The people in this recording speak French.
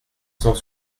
cent